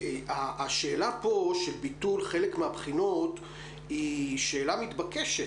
השאלה פה של ביטול חלק מהבחינות היא שאלה מתבקשת.